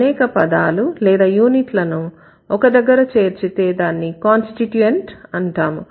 అనేక పదాలు లేదా యూనిట్లను ఒక దగ్గర చేర్చితే దాన్ని కాన్స్టిట్యూయెంట్ అంటాము